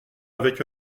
avec